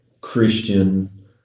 christian